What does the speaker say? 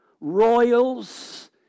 royals